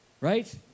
Right